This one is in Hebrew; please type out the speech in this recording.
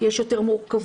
יש יותר מורכבות,